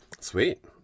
Sweet